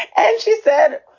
and she said,